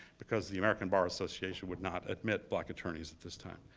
because the american bar association would not admit black attorneys at this time.